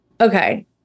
okay